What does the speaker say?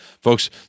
folks